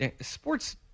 Sports